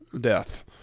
death